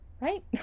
right